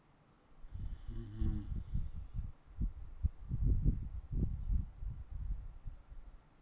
hmm